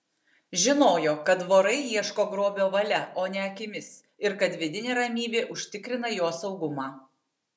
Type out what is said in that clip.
žinojo kad vorai ieško grobio valia o ne akimis ir kad vidinė ramybė užtikrina jo saugumą